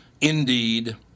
Indeed